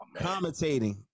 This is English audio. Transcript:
commentating